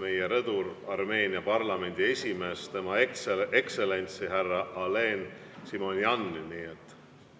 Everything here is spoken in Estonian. meie rõdul Armeenia parlamendi esimeest, Tema Ekstsellentsi härra Alen Simonjani.